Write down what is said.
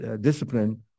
discipline